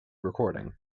recording